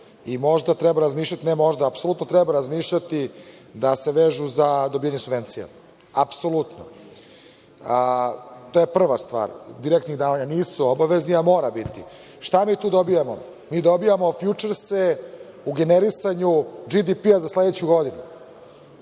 i možda treba razmišljati, ne možda, apsolutno treba razmišljati da se vežu za dobijanje subvencija, apsolutno. To je prva stvar. Direktna davanja nisu u obavezi, a mora ih biti. Šta mi tu dobijamo? Mi dobijamo „fjučerse“ u generisanju GDP za sledeću godinu.